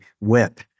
whip